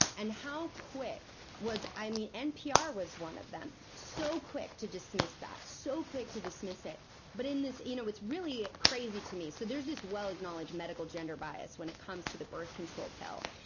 and how quick was. ah npr was one of them, so quick to dismiss that. so quick to dismiss it but in this. you know, it's really crazy to me. so there's this well acknowledged medical gender bias, when it comes to the birth control pill.